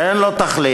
שאין לו תחליף